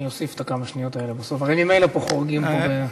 אני אוסיף כמה שניות בסוף, הרי ממילא חורגים פה.